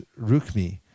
Rukmi